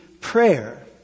prayer